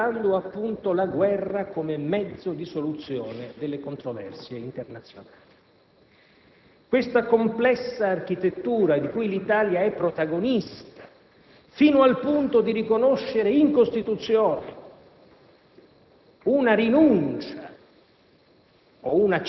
allo scopo di prevenire e governare i conflitti rifiutando, appunto, la guerra come mezzo di soluzione delle controversie internazionali. Questa complessa architettura di cui l'Italia è protagonista, fino al punto di riconoscere in Costituzione